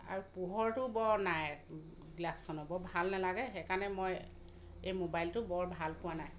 আৰু পোহৰটো বৰ নাই গ্লাচখনত বৰ ভাল নালাগে সেইকাৰণে মই এই ম'বাইলটো বৰ ভালপোৱা নাই